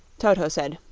toto said,